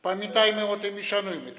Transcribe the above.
Pamiętajmy o tym i uszanujmy to.